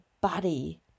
body